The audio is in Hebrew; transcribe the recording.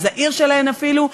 הזעיר שלהן אפילו,